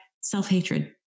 self-hatred